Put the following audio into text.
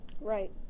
Right